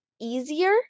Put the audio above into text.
easier